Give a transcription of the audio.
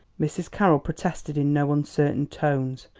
mrs. carroll protested in no uncertain tones.